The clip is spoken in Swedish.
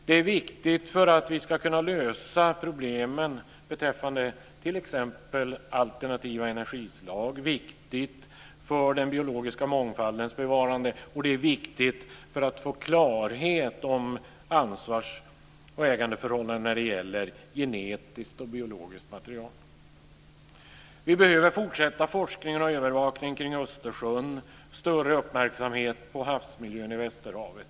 Det är viktigt för att vi ska kunna lösa problemen beträffande t.ex. alternativa energislag. Det är viktigt för bevarandet av den biologiska mångfalden, och det är viktigt för att få klarhet i ansvars och ägandeförhållandena när det gäller genetiskt och biologiskt material. Vi behöver fortsätta forskningen och övervakningen kring Östersjön och ha större uppmärksamhet på havsmiljön i Västerhavet.